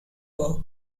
work